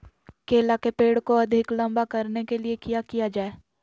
केला के पेड़ को अधिक लंबा करने के लिए किया किया जाए?